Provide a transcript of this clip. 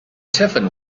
tiffin